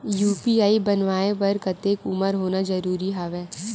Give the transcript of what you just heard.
UPI बनवाय बर कतेक उमर होना जरूरी हवय?